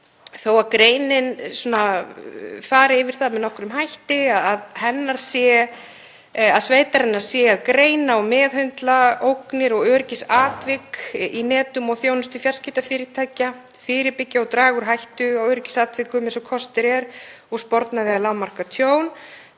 Þó að greinin fari yfir það með nokkrum hætti að sveitarinnar sé að greina og meðhöndla ógnir og öryggisatvik í netum og þjónustu fjarskiptafyrirtækja, fyrirbyggja og draga úr hættu á öryggisatvikum eins og kostur er og sporna við eða lágmarka tjón